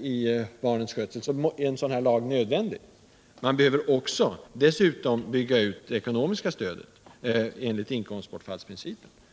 i barnens skötsel, är en sådan här lag nödvändig. Dessutom behöver man bygga ut det ekonomiska stödet enligt inkomstbortfallsprincipen.